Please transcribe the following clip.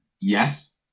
Yes